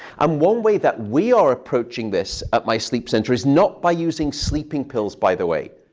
um one way that we are approaching this at my sleep center is not by using sleeping pills, by the way.